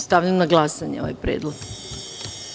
Stavljam na glasanje ovaj predlog.